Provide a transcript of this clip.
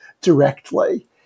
directly